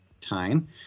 time